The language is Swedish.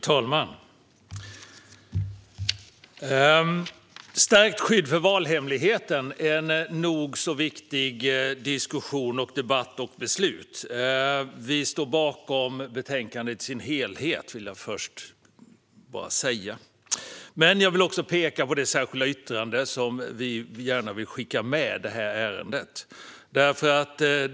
Fru talman! Detta handlar om stärkt skydd för valhemligheten. Det är en viktig diskussion och debatt och ett viktigt beslut. Vi står bakom förslaget i betänkandet i dess helhet, vill jag först säga. Men jag vill också peka på det särskilda yttrande som vi gärna vill skicka med detta ärende.